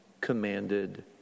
commanded